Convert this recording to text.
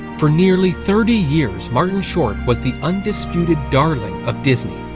for nearly thirty years, martin short was the undisputed darling of disney.